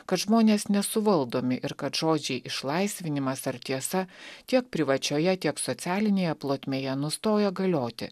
kad žmonės nesuvaldomi ir kad žodžiai išlaisvinimas ar tiesa tiek privačioje tiek socialinėje plotmėje nustojo galioti